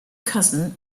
cousin